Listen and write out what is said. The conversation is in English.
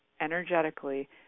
energetically